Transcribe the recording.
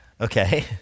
Okay